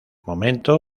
momento